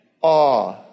awe